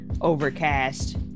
overcast